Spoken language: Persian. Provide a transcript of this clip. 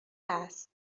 است